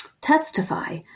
testify